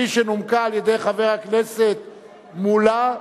שנומקה על-ידי חבר הכנסת מולה,